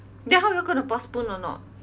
then how you all gonna postpone or not